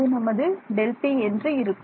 இது நமது Δt என்று இருக்கும்